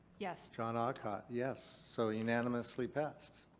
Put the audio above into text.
yes. john aucott. yes. so unanimously passed.